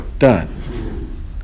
done